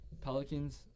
Pelicans